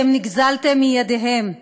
אתם נגזלתם מידיהם,